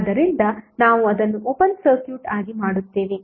ಆದ್ದರಿಂದ ನಾವು ಅದನ್ನು ಓಪನ್ ಸರ್ಕ್ಯೂಟ್ ಆಗಿ ಮಾಡುತ್ತೇವೆ